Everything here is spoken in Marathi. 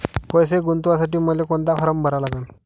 पैसे गुंतवासाठी मले कोंता फारम भरा लागन?